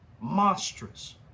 Monstrous